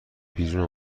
بیرون